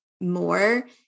more